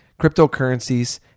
cryptocurrencies